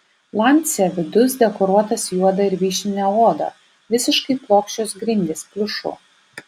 lancia vidus dekoruotas juoda ir vyšnine oda visiškai plokščios grindys pliušu